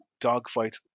dogfight